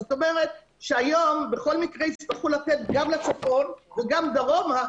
זאת אומרת שהיום בכל מקרה יצטרכו לתת גם לצפון וגם דרומה,